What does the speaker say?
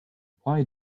why